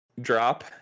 drop